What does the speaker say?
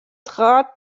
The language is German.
trat